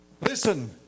listen